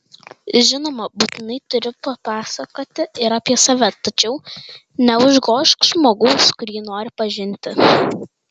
žinoma būtinai turi papasakoti ir apie save tačiau neužgožk žmogaus kurį nori pažinti